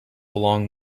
along